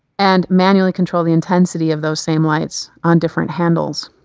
and manually control the intensity of those same lights on different handles.